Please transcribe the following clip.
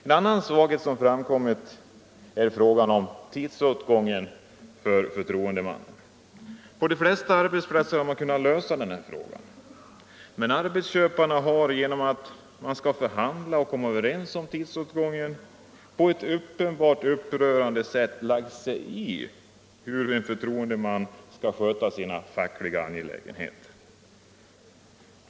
En annan svaghet som framkommit gäller frågan om tidsåtgången för förtroendeman. På de flesta arbetsplatser har man kunnat lösa det här problemet, men arbetsköparna har, genom att man skall förhandla och komma överens om tidsåtgången, på ett uppenbart upprörande sätt lagt sig i hur en förtroendeman skall sköta sina fackliga angelägenheter.